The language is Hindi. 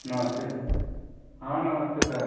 नमस्ते भैया हाँ नमस्ते सर